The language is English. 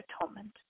atonement